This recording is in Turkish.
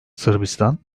sırbistan